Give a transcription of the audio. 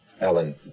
Ellen